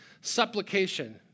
supplication